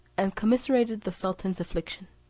and commiserated the sultan's affliction.